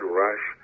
rush